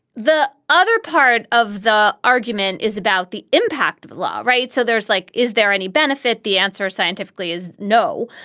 the other part of the argument is about the impact of the law. right. so there's like. is there any benefit? the answer scientifically is no.